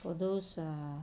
for those err